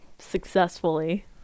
successfully